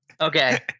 Okay